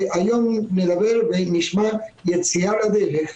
והיום נדבר ונשמע יציאה לדרך,